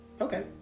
okay